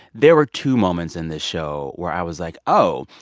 there were two moments in this show where i was like, oh,